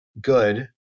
good